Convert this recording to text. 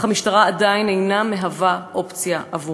אך המשטרה עדיין אינה מהווה אופציה עבורן.